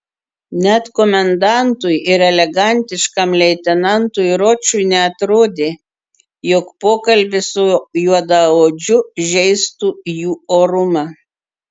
net komendantui ir elegantiškam leitenantui ročui neatrodė jog pokalbis su juodaodžiu žeistų jų orumą